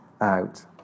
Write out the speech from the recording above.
out